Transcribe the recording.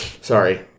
Sorry